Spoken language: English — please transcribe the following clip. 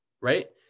right